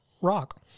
rock